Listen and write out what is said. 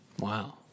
Wow